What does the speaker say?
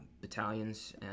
battalions